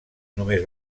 només